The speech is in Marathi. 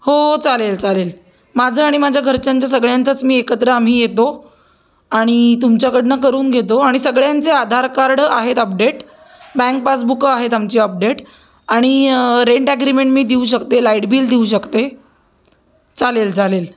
हो चालेल चालेल माझं आणि माझ्या घरच्यांचं सगळ्यांचंच मी एकत्र आम्ही येतो आणि तुमच्याकडून करून घेतो आणि सगळ्यांचे आधार कार्ड आहेत अपडेट बँक पासबुक आहेत आमची अपडेट आणि रेंट ॲग्रिमेंट मी देऊ शकते लाईट बिल देऊ शकते चालेल चालेल